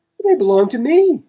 they belong to me!